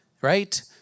Right